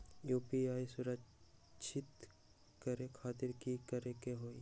UPI सुरक्षित करे खातिर कि करे के होलि?